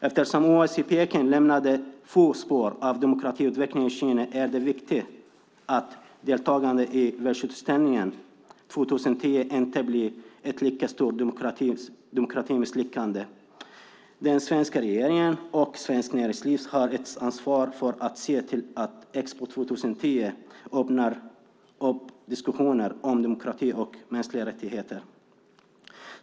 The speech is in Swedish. Eftersom OS i Peking lämnade få spår av demokratiutveckling i Kina är det viktigt att deltagande i världsutställningen 2010 inte blir ett lika stort demokratimisslyckande. Den svenska regeringen och Svenskt Näringsliv har ett ansvar för att se till att Expo 2010 öppnar upp diskussioner om demokrati och mänskliga rättigheter.